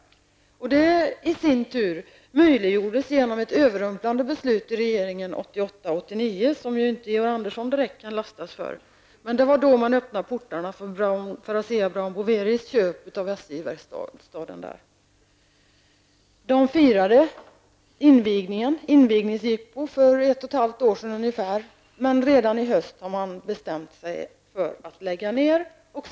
Detta i sin tur möjliggjordes genom ett överrumplande beslut i regeringen 1988/89, som inte Georg Andersson direkt kan lastas för. Det var då som portarna öppnades för Asea Brown Boveris köp av SJs verkstad. Man firade detta med ett invigningsjippo för ungefär ett och ett halvt år sedan, men redan under hösten bestämde man sig för att lägga ner verksamheten.